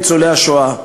לניצולי השואה.